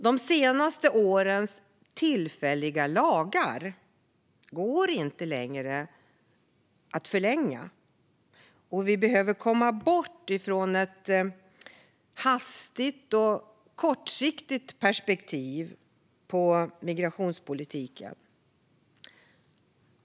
De senaste årens tillfälliga lagar går inte längre att förlänga, och vi behöver komma bort från ett hastigt och kortsiktigt perspektiv på migrationspolitiken.